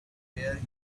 where